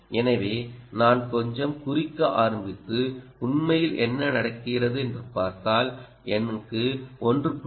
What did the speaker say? எனவே நான் கொஞ்சம் குறிக்க ஆரம்பித்து உண்மையில் என்ன நடக்கிறது என்று பார்த்தால் எனக்கு 1